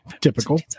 typical